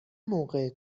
موقع